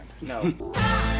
No